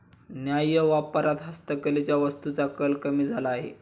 न्याय्य व्यापारात हस्तकलेच्या वस्तूंचा कल कमी झाला आहे